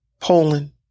Poland